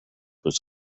was